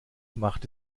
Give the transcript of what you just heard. machte